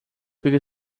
kõige